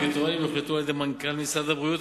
הקריטריונים יוחלטו על-ידי מנכ"ל משרד הבריאות,